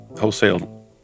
wholesale